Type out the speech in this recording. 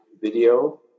video